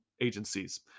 agencies